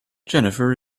jennifer